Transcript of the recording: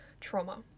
trauma